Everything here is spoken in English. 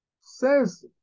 Says